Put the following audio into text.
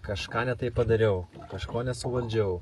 kažką ne taip padariau kažko nesuvaldžiau